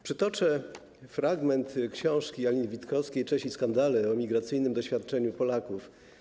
Przytoczę fragment książki Aliny Witkowskiej „Cześć i skandale” o migracyjnym doświadczeniu Polaków.